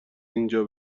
اینجا